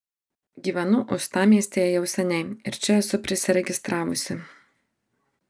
gyvenu uostamiestyje jau seniai ir čia esu prisiregistravusi